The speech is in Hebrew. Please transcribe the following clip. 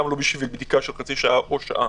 גם לא בשביל בדיקה של חצי שעה או שעה,